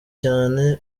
cyane